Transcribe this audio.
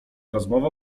rozmowa